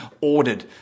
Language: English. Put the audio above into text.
ordered